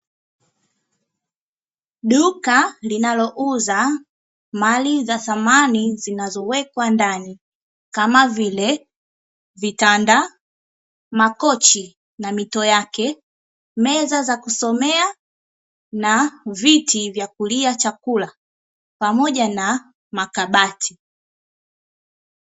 Duka linalouza mali za samani zinazowekwa ndani, kama vile vitanda, makochi na mito yake, meza za kusomea, na viti vya kulia chakula, pamoja na makabati.